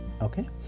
okay